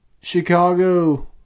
Chicago